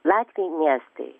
latviai nei estai